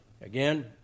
Again